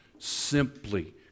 simply